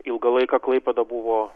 ilgą laiką klaipėda buvo